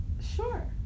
Sure